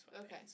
Okay